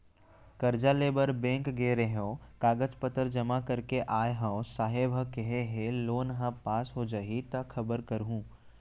करजा लेबर बेंक गे रेहेंव, कागज पतर जमा कर के आय हँव, साहेब ह केहे हे लोन ह पास हो जाही त खबर करहूँ